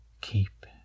Keep